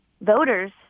voters